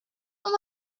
what